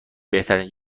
بهترین